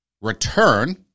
return